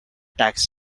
tax